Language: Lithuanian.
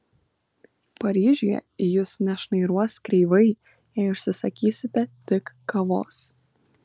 paryžiuje į jus nešnairuos kreivai jei užsisakysite tik kavos